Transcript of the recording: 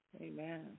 Amen